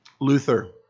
Luther